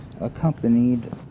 accompanied